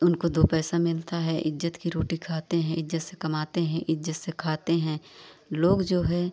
उनको दो पैसा मिलता है इज़्ज़त की रोटी खाते हैं इज़्ज़त से कमाते हैं इज़्ज़त से खाते हैं लोग जो है